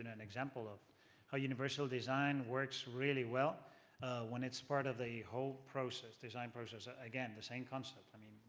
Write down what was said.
an an example of how universal design works really well when it is part of the whole process, design process. again, the same concept. i mean,